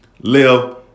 live